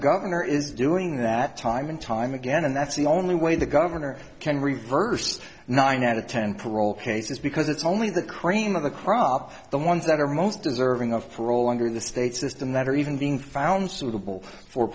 governor is doing that time and time again and that's the only way the governor can reverse nine out of ten parole cases because it's only the cream of the crop the ones that are most deserving of parole under the state's system that are even being found suitable for